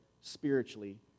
spiritually